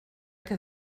què